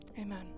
Amen